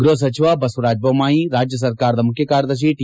ಗೃಹ ಸಚಿವ ಬಸವರಾಜ ಬೊಮ್ಮಾಯಿ ರಾಜ್ಯ ಸರ್ಕಾರದ ಮುಖ್ಯ ಕಾರ್ಯದರ್ಶಿ ಟಿ